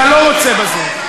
אתה לא רוצה בזה.